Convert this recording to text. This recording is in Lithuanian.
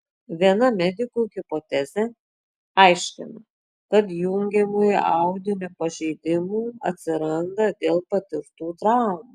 viena medikų hipotezė aiškina kad jungiamojo audinio pažeidimų atsiranda dėl patirtų traumų